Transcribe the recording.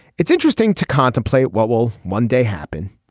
it's interesting to contemplate what will one day happen.